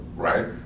Right